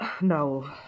No